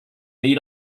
lead